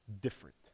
different